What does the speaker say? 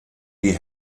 die